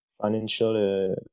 Financial